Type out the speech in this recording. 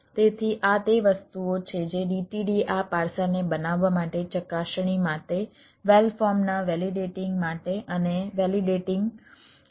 તેથી આ તે વસ્તુઓ છે જે DTD આ પાર્સરને બનાવવા માટે ચકાસણી માટે વેલ ફોર્મ્ડ નાં વેલિડેટિંગ માટે અને વેલિડેટિંગ માટે પ્રદાન કરે છે